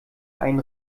einen